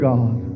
God